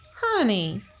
honey